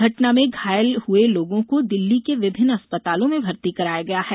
घटना में घायल हुए लोगों को दिल्ली के विभिन्न अस्पतालो में भर्ती कराया गया है